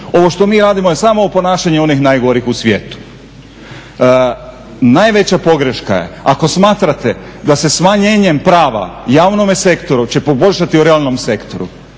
Ovo što mi radimo je samo oponašanje onih najgorih u svijetu. Najveća pogreška je ako smatrate da se smanjenjem prava javnome sektoru će poboljšati u realnom sektoru,